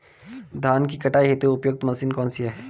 धान की कटाई हेतु उपयुक्त मशीन कौनसी है?